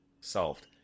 Solved